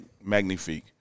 Magnifique